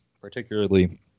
particularly